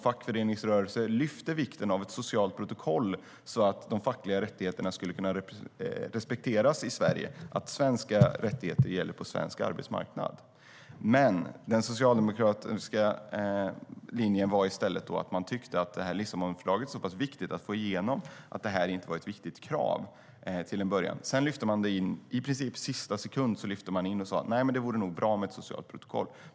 Fackföreningsrörelsen lyfte fram vikten av ett socialt protokoll så att de fackliga rättigheterna i Sverige skulle respekteras, det vill säga att svenska rättigheter skulle gälla på svensk arbetsmarknad. Men den socialdemokratiska linjen var i stället att det var så pass viktigt att få igenom Lissabonfördraget att de fackliga rättigheterna till en början inte var ett viktigt krav. Sedan lyfte man in dem i sista sekunden och ansåg att det skulle vara bra med ett socialt protokoll.